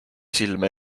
silme